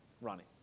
Ronnie